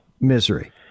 misery